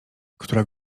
która